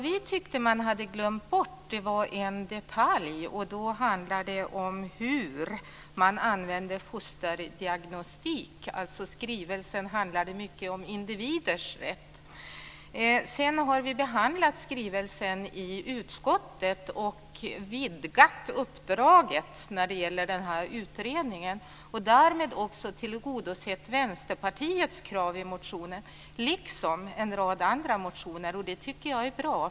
Vi tyckte att man hade glömt bort en detalj. Det handlar om hur man använder fosterdiagnostik. Skrivelsen handlar mycket om individers rätt. Vi har behandlat skrivelsen i utskottet och vidgat uppdraget när det gäller den här utredningen. Därmed har också Vänsterpartiets krav i motionen tillgodosetts, liksom en rad andra motioner. Det tycker jag är bra.